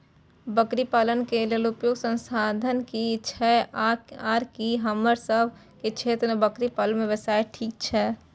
बकरी पालन के लेल उपयुक्त संसाधन की छै आर की हमर सब के क्षेत्र में बकरी पालन व्यवसाय ठीक छै?